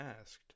asked